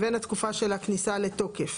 הגיוני, נכון?